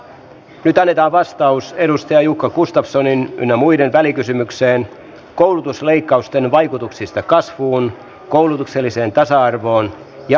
nyt annetaan vastaus edustaja jukka gustafssonin ynnä muiden välikysymykseen koulutusleikkausten vaikutuksista kasvuun koulutukselliseen tasa arvoon ja osaamistasoon